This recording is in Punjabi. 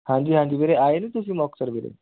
ਹਾਂਜੀ ਹਾਂਜੀ ਵੀਰੇ ਆਏ ਨਹੀਂ ਤੁਸੀਂ ਮੁਕਤਸਰ ਵੀਰੇ